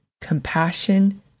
compassion